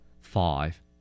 five